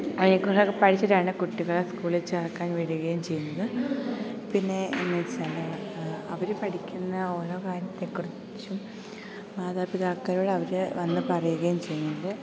അതിനെക്കുറിച്ചൊക്കെ പഠിച്ചിട്ടാണ് കുട്ടികളെ സ്കൂളിൽ ചേർക്കാൻ വിടുകയും ചെയ്യുന്നത് പിന്നെ എന്നുവെച്ചാല് അവര് പഠിക്കുന്ന ഓരോ കാര്യത്തെക്കുറിച്ചും മാതാപിതാക്കളോട് അവര് വന്നുപറയുകയും ചെയ്യുന്നത്